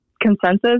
consensus